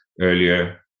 earlier